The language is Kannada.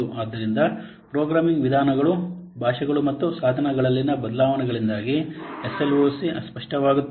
ಆದ್ದರಿಂದ ಪ್ರೋಗ್ರಾಮಿಂಗ್ ವಿಧಾನಗಳು ಭಾಷೆಗಳು ಮತ್ತು ಸಾಧನಗಳಲ್ಲಿನ ಬದಲಾವಣೆಗಳಿಂದಾಗಿ ಎಸ್ಎಲ್ಒಸಿ ಅಸ್ಪಷ್ಟವಾಗುತ್ತದೆ